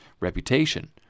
reputation